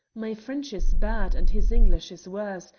my french is bad, and his english is worse,